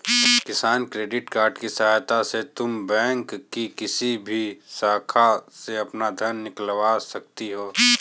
किसान credit card की सहायता से तुम बैंक की किसी भी शाखा से अपना धन निकलवा सकती हो